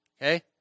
Okay